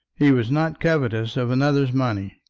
he was not covetous of another's money.